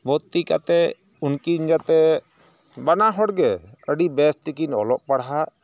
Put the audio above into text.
ᱵᱷᱚᱨᱛᱤ ᱠᱟᱛᱮ ᱩᱱᱠᱤᱱ ᱡᱟᱛᱮ ᱵᱟᱱᱟᱦᱚᱲ ᱜᱮ ᱟᱹᱰᱤ ᱵᱮᱥᱛᱮᱠᱤᱱ ᱚᱞᱚᱜ ᱯᱟᱲᱦᱟᱜ